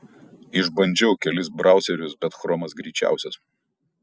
išbandžiau kelis brauserius bet chromas greičiausias